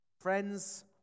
Friends